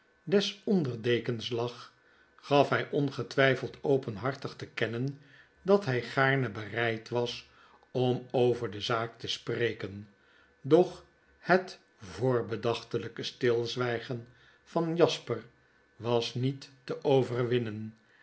veinzerftinhetkarakter des onder dekens lag gaf hj ongetwyfeld openhartig te kennen dat hy gaarne bereid was om over de zaak te spreken doch het voorbedachtelyke stilzwygen van jasper was niet te overwinnen